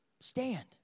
stand